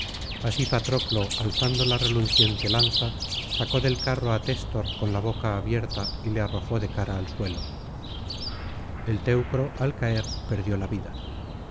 así patroclo alzando la reluciente lanza sacó del carro á téstor con la boca abierta y le arrojó de cara al suelo el teucro al caer perdió la vida